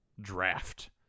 draft